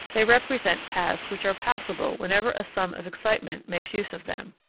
they represent paths which are passable whenever a sum of excitement makes use of them.